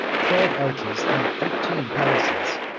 twelve arches, and eighteen palaces,